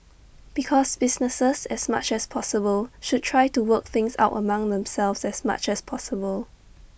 because businesses as much as possible should try to work things out among themselves as much as possible